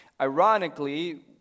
Ironically